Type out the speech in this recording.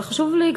אבל חשוב לי,